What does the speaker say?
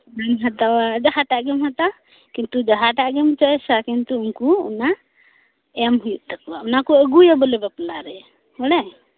ᱚᱱᱟᱧ ᱦᱟᱛᱟᱣᱟ ᱡᱟᱦᱟᱸ ᱴᱟᱜ ᱜᱮᱢ ᱦᱟᱛᱟᱣ ᱠᱤᱱᱛᱩ ᱡᱟᱦᱟᱸᱴᱟᱜ ᱜᱮᱢ ᱪᱚᱭᱮᱥᱟ ᱠᱤᱱᱛᱩ ᱩᱱᱠᱩ ᱚᱱᱟ ᱮᱢ ᱦᱩᱭᱩᱜ ᱛᱟᱠᱚᱣᱟ ᱚᱱᱟ ᱠᱚ ᱟᱜᱩᱭᱟ ᱵᱚᱞᱮ ᱵᱟᱯᱞᱟ ᱨᱮ ᱵᱟᱲᱟᱭᱟ